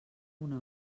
una